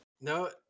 No